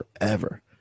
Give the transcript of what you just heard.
forever